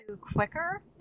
quicker